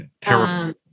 terrible